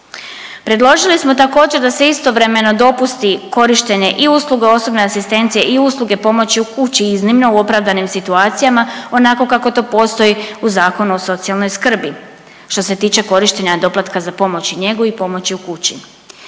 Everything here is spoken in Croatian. Predložili smo također da se istovremeno dopusti korištenje i usluga osobne asistencije i usluge pomoći u kući, iznimno u opravdanim situacijama onako kako to postoji u Zakonu o socijalne skrbi, što se tiče korištenja doplatka za pomoć za njegu i pomoći u kući